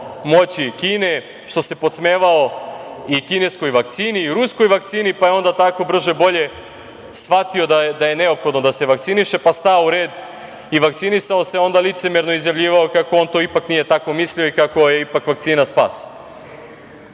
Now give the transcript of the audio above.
moći Kine, što se podsmevao i kineskoj vakcini i ruskoj vakcini, pa je onda tako brže-bolje shvatio da je neophodno da se vakciniše, pa stao u red i vakcinisao se, a onda licemerno izjavljivao kako on to nije tako mislio i kako je ipak vakcina spas. Ali